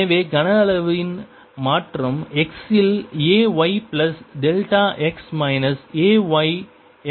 எனவே கன அளவின் மாற்றம் x இல் A y plus delta x minus A y x ஆக இருக்கும்